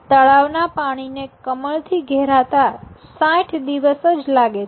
તળાવના પાણીને કમળ થી ઘેરાતાં ૬૦ દિવસ જ લાગે છે